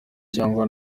cyangwa